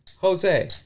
Jose